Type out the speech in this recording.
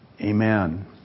Amen